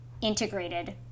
integrated